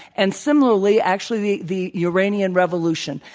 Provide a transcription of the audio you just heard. and similarly, actually, the the iranian revolution.